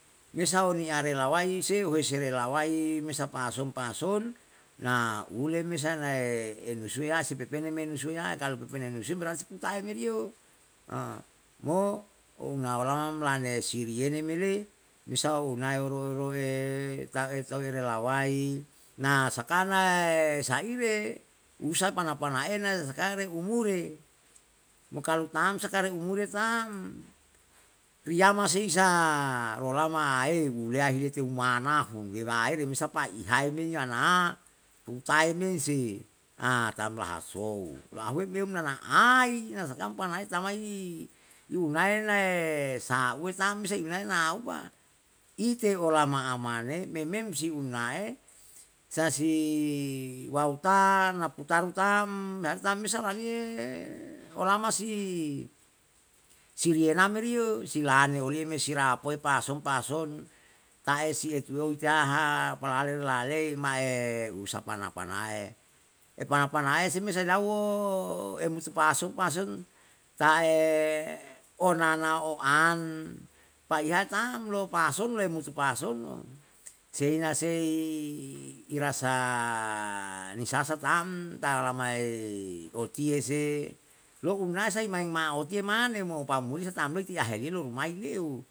Mesa i arelawai se uhese relawai mesa pason pason, na ule me sae nae enusuyae sepepe ne nusuyae. Kalu pepene nusuyae berarti putae meri yo, mo onaolama mlane siriyene me le, misao unae me roe roe ta'e tau relawai, na sakanae saire, usa pana pana ena sakanae umure, mo kalu tam sakana umure tam, riayama seisa rolama aein yulihi ete nahum memae remesa pai ihae me yana putae men se tam laha sou, lahue me nana ai, na sakam panae tamai inae nae sauwe tam isei unae nauma. Ite olama amane memem si unae, sa si wauta na putaru tam, nae tam sa laliye olama si, siwenam meri yo, silane oliye me si rapoe pason pason, ta'e si etuweu tiyaha palale lalei ma'e usa pana pana'e, epana pana'e si me sae lauwo emutu pason pason ta'e onana o an, paihae tam lou pason le mutu pasono seina sei irasa nisasa tam, ta'lamaei otiye se lou umnae sai maeng otiye mane mo pamuli sa tam noi ti ahelilo rumai lei'o